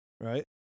right